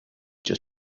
just